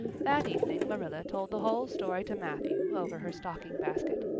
that evening marilla told the whole story to matthew over her stocking basket.